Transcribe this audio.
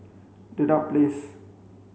Dedap Place